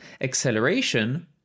acceleration